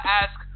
ask